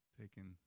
taken